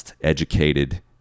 educated